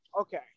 okay